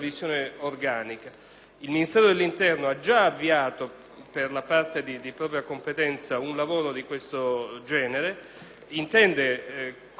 per la parte di propria competenza, un lavoro di questo genere e intende confrontarsi con il Parlamento, e in particolare con la Commissione infanzia.